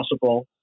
possible